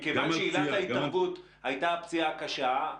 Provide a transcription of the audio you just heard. מכיוון שעילת ההתערבות הייתה פציעה קשה,